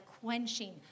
quenching